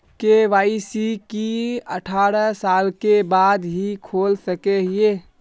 KYC की अठारह साल के बाद ही खोल सके हिये?